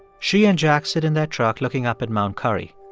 she and jack sit in their truck looking up at mount currie.